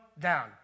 Down